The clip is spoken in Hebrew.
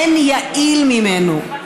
אין יעיל ממנו.